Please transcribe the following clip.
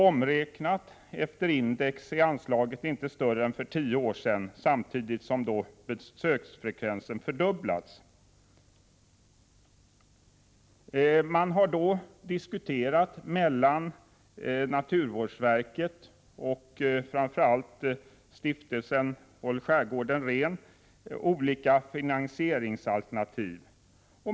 Omräknat efter index är anslaget inte större än det var för tio år sedan, samtidigt som besöksfrekvensen fördubblats. Man har, mellan naturvårdsverket och framför allt Stiftelsen Håll skärgården ren, diskuterat olika finansieringsalternativ.